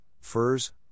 furs